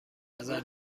نظر